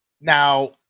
now